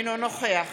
אינו נוכח